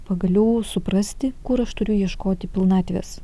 pagaliau suprasti kur aš turiu ieškoti pilnatvės